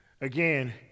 Again